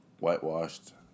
Whitewashed